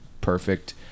perfect